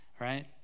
right